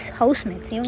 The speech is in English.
housemates